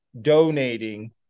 donating